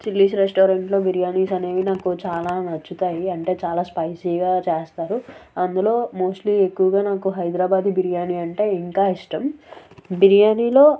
chillies రెస్టారెంట్లో బిర్యానీస్ అనేవి నాకు చాలా నచ్చుతాయి అంటే చాలా స్పైసీగా చేస్తారు అందులో మోస్ట్లీ ఎక్కువగా నాకు హైదరాబాదీ బిర్యానీ అంటే ఇంకా ఇష్టం బిర్యానీలో